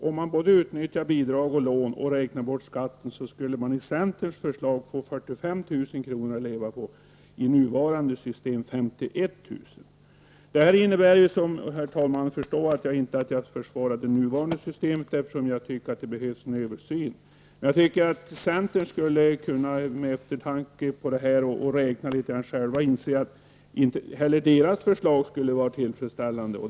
Om man utnyttjar både bidrag och lån och räknar bort skatten skulle man i centerns förslag få 45 000 kr. att leva på. I nuvarande system har man 51 000 kr. Det här innebär ju inte, herr talman, som ni säkert förstår, att jag försvarar det nuvarande systemet. Jag tycker ju att det behövs en översyn. Men jag tycker att ni i centern genom att räkna litet själva skulle inse att inte heller ert förslag skulle vara tillfredsställande.